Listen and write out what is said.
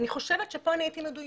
אני חושבת שפה אני הייתי מדויקת.